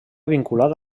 vinculat